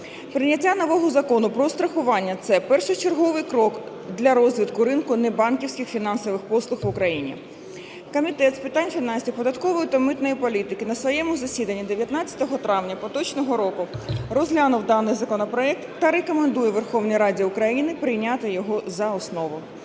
Прийняття нового Закону "Про страхування" – це першочерговий крок для розвитку ринку небанківських фінансових послуг в Україні. Комітет з питань фінансів, податкової та митної політики на своєму засіданні 19 травня поточного року розглянув даний законопроект та рекомендує Верховній Раді України прийняти його за основу.